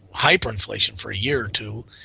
hyperinflation for a year or two,